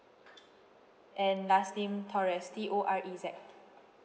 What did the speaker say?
and last name torez T O R E Z